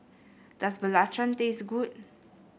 does Belacan taste good